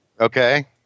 Okay